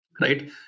Right